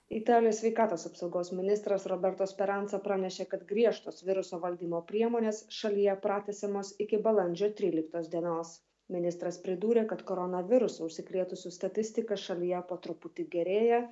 italijos sveikatos apsaugos ministras robertas peransa pranešė kad griežtos viruso valdymo priemonės šalyje pratęsiamos iki balandžio tryliktos dienos ministras pridūrė kad koronavirusu užsikrėtusių statistiką šalyje po truputį gerėja